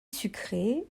sucré